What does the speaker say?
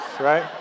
right